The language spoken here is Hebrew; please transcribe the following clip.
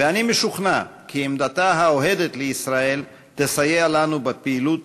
ואני משוכנע כי עמדתה האוהדת לישראל תסייע לנו בפעילות